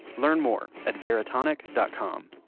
learn more at veritonic dot com.